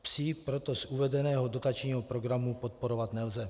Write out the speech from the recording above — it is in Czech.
Psi proto z uvedeného dotačního programu podporovat nelze.